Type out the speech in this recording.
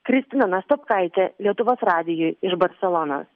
kristina nastopkaitė lietuvos radijui iš barselonos